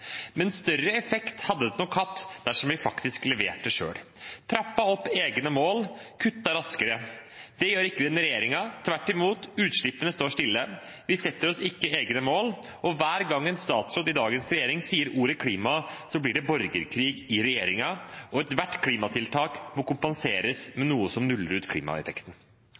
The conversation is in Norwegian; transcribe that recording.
Men større effekt hadde det nok hatt dersom vi faktisk leverte selv – trappet opp egne mål og kuttet raskere. Det gjør ikke denne regjeringen. Tvert imot – utslippene står stille. Vi setter oss ikke egne mål, og hver gang en statsråd i dagens regjering sier ordet «klima», blir det borgerkrig i regjeringen, og ethvert klimatiltak må kompenseres med noe som nuller ut klimaeffekten.